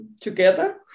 together